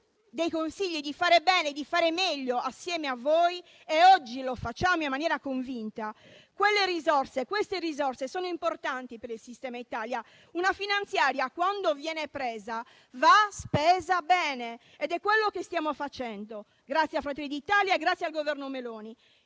dei consigli, di fare bene, di fare meglio assieme a voi e oggi lo facciamo in maniera convinta. Quelle risorse sono importanti per il sistema Italia. Una finanziaria, quando viene presa, va spesa bene ed è quello che stiamo facendo grazie a Fratelli d'Italia e al Governo Meloni.